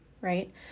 right